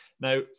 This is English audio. Now